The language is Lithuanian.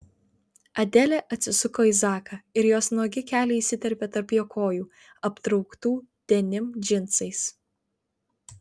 adelė atsisuko į zaką ir jos nuogi keliai įsiterpė tarp jo kojų aptrauktų denim džinsais